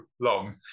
long